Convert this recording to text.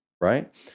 right